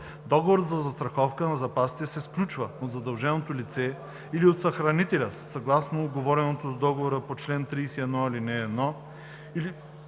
Договорът за застраховка на запасите се сключва от задълженото лице или от съхранителя съгласно уговореното с договора по чл. 31, ал. 1,